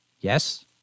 Yes